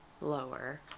lower